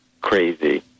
crazy